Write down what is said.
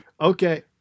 Okay